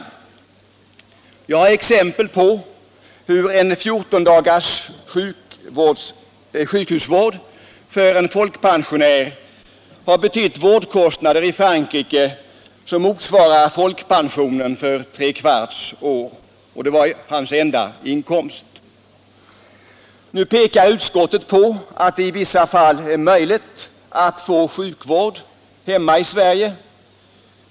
Jag har exempel på hur en 14 dagars sjukhusvård för en folkpensionär har betytt vårdkostnader i Frankrike som motsvarar folkpensionen för 3/4 år, och detta var hans enda inkomst. Nu pekar utskottet på att det i vissa fall är möjligt att få sjukvård hemma i Sverige.